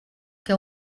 que